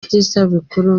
by’isabukuru